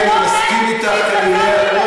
זה לא אומר